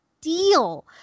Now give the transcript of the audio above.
deal